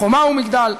חומה ומגדל,